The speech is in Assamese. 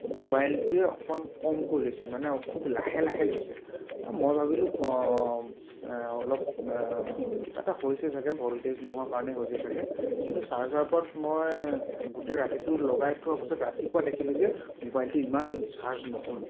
মোবাইলটোৱে অকণমান কমকৈ লৈছে মানে খুব লাহে লাহে লৈছে মই ভাবিলোঁ অলপ কিবা এটা হৈছে চাগে ভল্টেজ নোহোৱা কাৰণে হৈছে চাগে কিন্তু চাৰ্জাৰপাত মই গোটেই ৰাটিটো লগাই থোৱাৰ পাছত ৰাতিপুৱা দেখিলোঁ যে মোবাইলটো ইমান চাৰ্জ নহ'ল